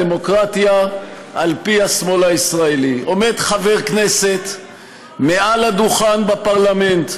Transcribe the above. הדמוקרטיה על פי השמאל הישראלי: עומד חבר כנסת מעל לדוכן בפרלמנט,